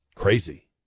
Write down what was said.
crazy